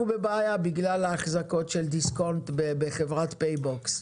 בבעיה בגלל האחזקות של דיסקונט בחברת פיי-בוקס.